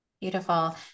Beautiful